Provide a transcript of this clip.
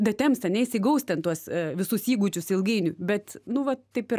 datems ane jis įgaus ten tuos visus įgūdžius ilgainiui bet nu va taip yra